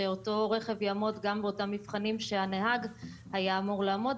אותו רכב יעמוד גם באותם מבחנים שהנהג היה אמור לעמוד,